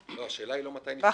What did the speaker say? השאלה היא לא מתי נפתחו,